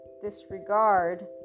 disregard